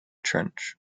trench